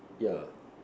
yeah